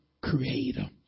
creator